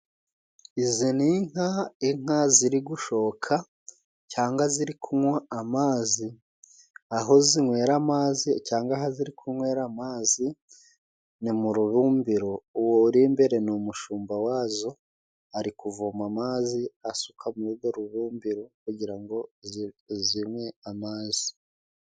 Izi ni inka, inka ziri gushoka cyanga ziri kunywa amazi aho zinywera amazi cyanga aha ziri kunywera amazi ni mu rubumbiro, uwo uri imbere ni umushumba wazo ari kuvoma amazi asuka muri ugo rubumbiro kugira ngo zinywe amazi.